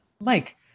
Mike